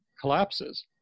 collapses